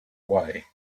way